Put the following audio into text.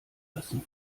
lassen